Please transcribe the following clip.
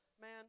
Man